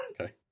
okay